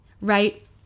right